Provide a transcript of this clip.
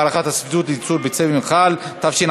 הארכת הסובסידיה לייצור ביצי מאכל ופטימים),